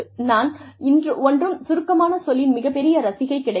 நான் ஒன்றும் சுருக்கமான சொல்லின் மிகப்பெரிய ரசிகை கிடையாது